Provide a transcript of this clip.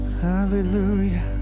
hallelujah